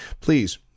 please